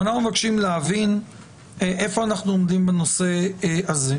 אנחנו מבקשים להבין איפה אנחנו עומדים בנושא זה.